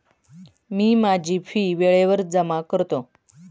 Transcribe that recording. मी माझी फी वेळेवर जमा करतो